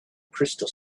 crystal